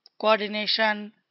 coordination